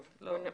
טוב, נמשיך.